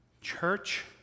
church